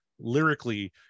lyrically